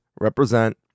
represent